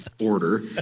order